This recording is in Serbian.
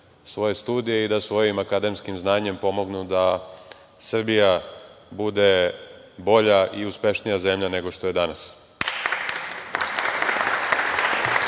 svoje studije i da svojim akademskim znanjem pomognu da Srbija bude bolje i uspešnija zemlja nego što je danas. Želim